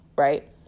Right